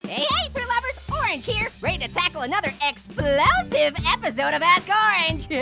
hey fruit lovers. orange here, ready to tackle another explosive episode of ask orange.